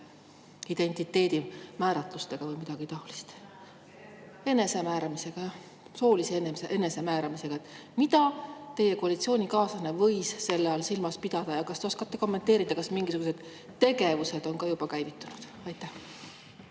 identiteedi määratlustega, või midagi taolist. (Hääl saalist.) Enesemääramisega, jah, soolise enesemääramisega. Mida teie koalitsioonikaaslane võis selle all silmas pidada? Kas te oskate kommenteerida, kas mingisugused tegevused on juba käivitunud? Aitäh,